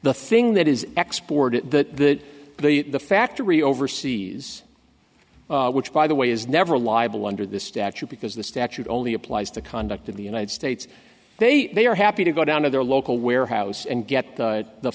the thing that is export it to the factory overseas which by the way is never liable under this statute because the statute only applies to conduct in the united states they they are happy to go down to their local warehouse and get t